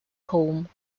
home